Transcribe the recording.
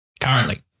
Currently